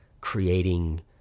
creating